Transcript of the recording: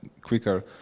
quicker